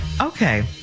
Okay